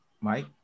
Mike